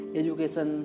education